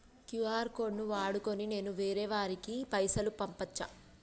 QR code ను వాడుకొని నేను వేరే వారికి పైసలు పంపచ్చా?